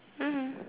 mmhmm